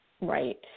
Right